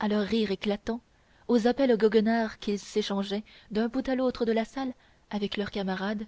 à leurs rires éclatants aux appels goguenards qu'ils échangeaient d'un bout à l'autre de la salle avec leurs camarades